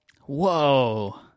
Whoa